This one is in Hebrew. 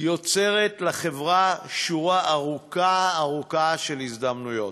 יוצרת לחברה שורה ארוכה ארוכה של הזדמנויות,